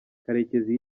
karekezi